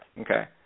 Okay